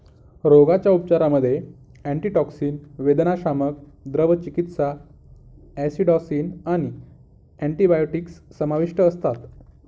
रोगाच्या उपचारांमध्ये अँटीटॉक्सिन, वेदनाशामक, द्रव चिकित्सा, ॲसिडॉसिस आणि अँटिबायोटिक्स समाविष्ट असतात